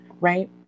right